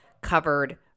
covered